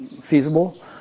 feasible